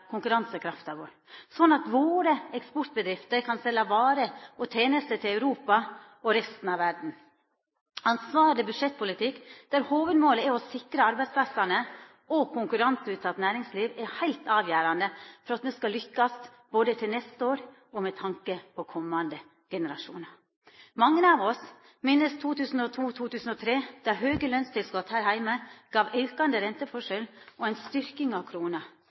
konkurransekrafta vår, og slik at våre eksportbedrifter kan selja varer og tenester til Europa og resten av verda. Ansvarleg budsjettpolitikk der hovudmålet er å sikra arbeidsplassane og konkurranseutsett næringsliv er heilt avgjerande for at me skal lukkast både til neste år, og med tanke på komande generasjonar. Mange av oss minnest 2002–2003, då høge lønstilskot her heime gav aukande renteforskjellar og ei styrking av krona.